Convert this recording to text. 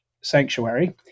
Sanctuary